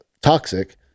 toxic